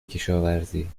کشاورزی